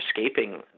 escaping